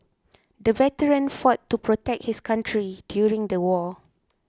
the veteran fought to protect his country during the war